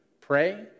pray